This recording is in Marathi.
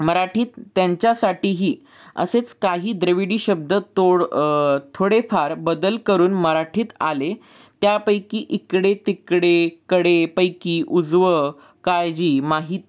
मराठीत त्यांच्यासाठीही असेच काही द्रविडी शब्द तोड थोडेफार बदल करून मराठीत आले त्यापैकी इकडे तिकडे कडेपैकी उजवं काळजी माहिती